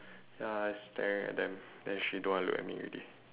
ya I staring at them then she don't want look at me already